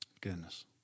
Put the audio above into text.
Goodness